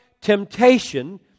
temptation